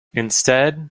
instead